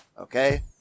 Okay